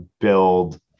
build